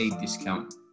discount